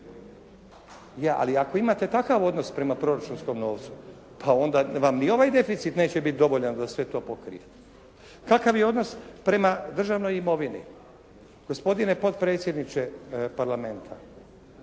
su? Ali ako imate takav odnos prema proračunskom novcu pa onda vam ni ovaj deficit neće bit dovoljan da sve to pokrijete. Kakav je odnos prema državnoj imovini? Gospodine potpredsjedniče Parlamenta,